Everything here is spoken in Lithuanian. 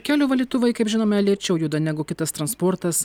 kelio valytuvai kaip žinome lėčiau juda negu kitas transportas